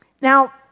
Now